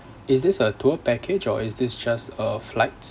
is this a tour package or is this just uh flights